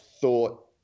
thought